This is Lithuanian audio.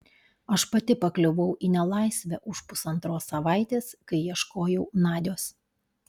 aš pati pakliuvau į nelaisvę už pusantros savaitės kai ieškojau nadios